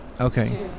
Okay